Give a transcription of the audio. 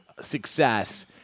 success